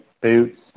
boots